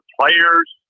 players